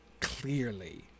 clearly